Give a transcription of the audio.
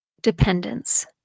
dependence